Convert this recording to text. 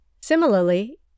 Similarly